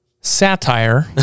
satire